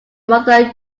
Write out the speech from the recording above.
mother